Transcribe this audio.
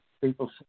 People